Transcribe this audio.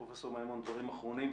פרופ' מימון, דברים אחרונים.